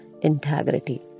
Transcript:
integrity